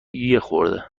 یخورده